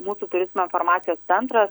mūsų turizmo informacijos centras